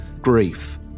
grief